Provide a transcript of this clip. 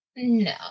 No